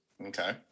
Okay